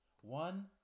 one